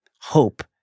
hope